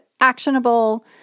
actionable